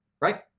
right